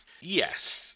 Yes